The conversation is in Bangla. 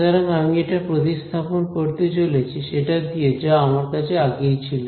সুতরাং আমি এটা প্রতিস্থাপন করতে চলেছি সেটা দিয়ে যা আমার কাছে আগেই ছিল